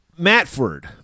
Matford